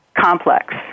complex